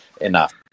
enough